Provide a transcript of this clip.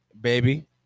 Baby